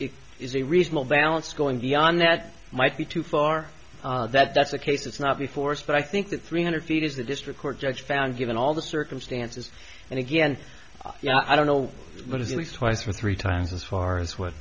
it is a reasonable balance going beyond that might be too far that that's the case it's not the force but i think the three hundred feet is the district court judge found given all the circumstances and again i don't know what is the least twice or three times as far as what